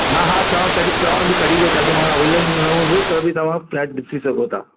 हा हा तव्हां कॾी तव्हां बि कॾी बि अचो मां अवेलेबिल न हूंदुसि त बि तव्हां फ्लैट ॾिसी सघो था